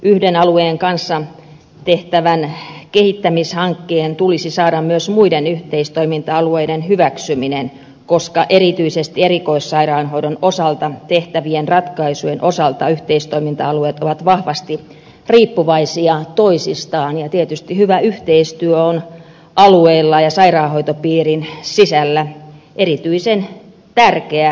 yhden alueen kanssa tehtävän kehittämishankkeen tulisi saada myös muiden yhteistoiminta alueiden hyväksyminen koska erityisesti erikoissairaanhoidon osalta tehtävien ratkaisujen osalta yhteistoiminta alueet ovat vahvasti riippuvaisia toisistaan ja tietysti hyvä yhteistyö on alueilla ja sairaanhoitopiirin sisällä erityisen tärkeä asia